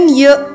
year